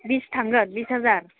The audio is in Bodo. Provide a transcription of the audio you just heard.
बिस थांगोन बिस हाजार